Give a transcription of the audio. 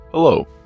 Hello